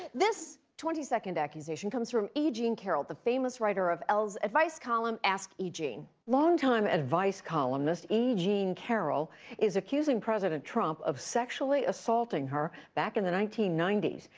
this twenty second accusation comes from e. jean carroll, the famous writer of elle's advice column ask e. jean. long-time advice columnist e. jean carroll is accusing president trump of sexually assaulting her back in the nineteen ninety s.